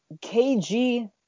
KG